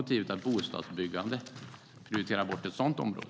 Bostadsbyggande kan aldrig prioritera bort ett sådant område.